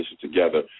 together